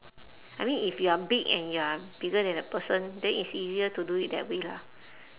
I mean if you are big and you are bigger than the person then it's easier to do it that way lah